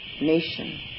nation